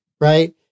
right